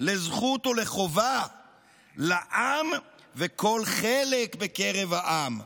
לזכות ולחובה לעם וכל חלק בקרב העם".